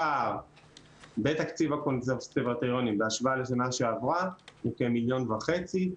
הפער בין תקציב הקונסרבטוריונים בהשוואה לשנה שעברה הוא כמיליון וחצי,